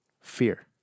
Fear